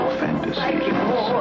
fantasies